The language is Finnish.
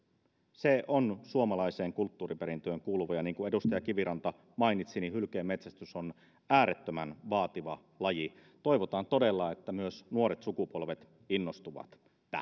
se on suomalaiseen kulttuuriperintöön kuuluva ja niin kuin edustaja kiviranta mainitsi hylkeen metsästys on äärettömän vaativa laji toivotaan todella että myös nuoret sukupolvet innostuvat